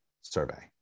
survey